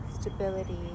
stability